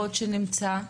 נמצא?